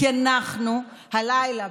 כי אנחנו הלילה,